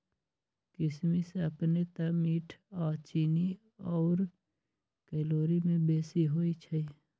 किशमिश अपने तऽ मीठ आऽ चीन्नी आउर कैलोरी में बेशी होइ छइ